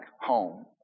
home